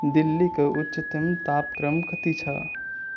दिल्लीको उच्चतम तापक्रम कति छ